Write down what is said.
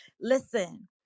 listen